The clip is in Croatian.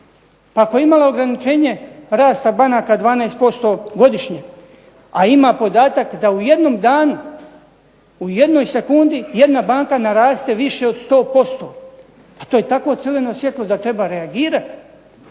Pa ako je imala ograničenje rasta banaka 12% godišnje, a ima podatak da u jednom danu u jednoj sekundi jedna banka naraste više od 100%. A to je takvo crveno svjetlo da treba reagirati.